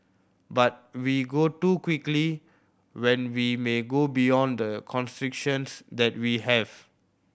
but we go too quickly when we may go beyond the constraints that we have